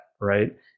right